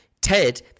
Ted